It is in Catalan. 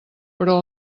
però